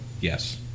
Yes